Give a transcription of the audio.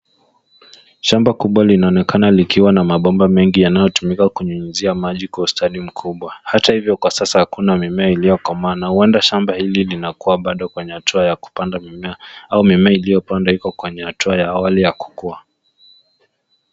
Shamba kubwa linaonekana likiwa na mabomba mengi yanayotumika kunyunyuzia maji Kwa ustadi mkubwa. Hata hivyo Kwa sasa hakuna mimea iliyo komaa na huenda shamba hili bado liko kwenye hatua ya kupanda mimea au mimea iliyopandwa iko kwenye hatua ya awali ya kukua